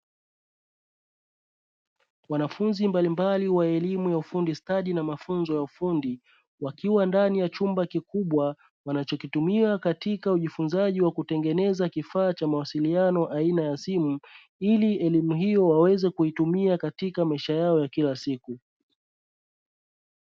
Wanafunzi mbalimbali wa elimu ya ufundi stadi na mafunzo ya ufundi wakiwa ndani ya chumba kikubwa wanachokitumia katika ujifunzaji wa kutengeneza kifaa cha mawasiliano aina ya simu, ili elimu hiyo waweze kuitumia katika maisha yao ya kila siku.